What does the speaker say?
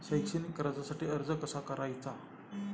शैक्षणिक कर्जासाठी अर्ज कसा करायचा?